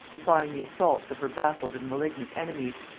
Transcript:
defying the assaults of her baffled and malignant enemies.